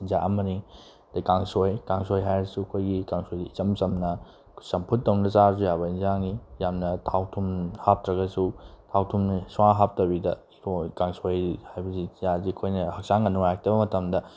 ꯆꯤꯟꯖꯥꯛ ꯑꯃꯅꯤ ꯑꯗꯒꯤ ꯀꯥꯡꯁꯣꯏ ꯀꯥꯡꯁꯣꯏ ꯍꯥꯏꯔꯁꯨ ꯑꯩꯈꯣꯏꯒꯤ ꯀꯥꯡꯁꯣꯏꯒꯤ ꯏꯆꯝ ꯆꯝꯅ ꯆꯝꯐꯨꯠ ꯇꯧꯅ ꯆꯥꯔꯁꯨ ꯌꯥꯕ ꯑꯦꯟꯁꯥꯡꯅꯤ ꯌꯥꯝꯅ ꯊꯥꯎ ꯊꯨꯝ ꯍꯥꯞꯇ꯭ꯔꯒꯁꯨ ꯊꯥꯎ ꯊꯨꯝ ꯁꯨꯡꯍꯥꯞ ꯍꯥꯞꯇꯕꯤꯗ ꯀꯥꯡꯁꯣꯏ ꯍꯥꯏꯕꯁꯤ ꯑꯩꯈꯣꯏꯅ ꯍꯛꯆꯥꯡꯒ ꯅꯨꯡꯉꯥꯏꯔꯛꯇꯕ ꯃꯇꯝꯗ